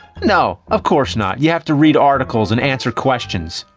no, of course not. you have to read articles and answer questions.